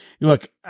look